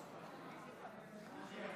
15, נגד,